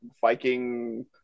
Viking